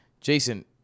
Jason